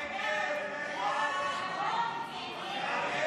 ההצעה להעביר